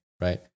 right